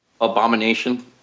Abomination